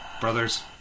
Brothers